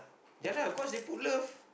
yeah lah of course they put love